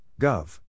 Gov